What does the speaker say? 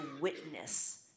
witness